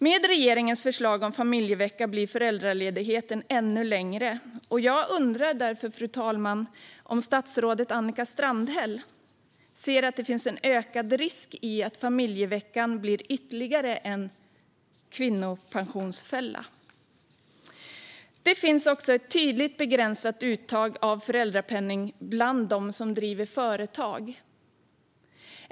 Med regeringens förslag om familjevecka bli föräldraledigheten ännu längre. Jag undrar därför, fru talman, om statsrådet Annika Strandhäll ser att det finns en ökad risk i att familjeveckan blir ytterligare en kvinnopensionsfälla. Det finns ett tydligt begränsat uttag av föräldrapenning bland dem som driver företag.